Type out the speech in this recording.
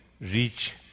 reach